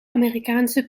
amerikaanse